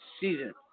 season